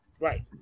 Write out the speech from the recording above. Right